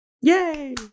Yay